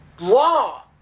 law